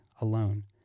alone